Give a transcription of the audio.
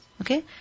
Okay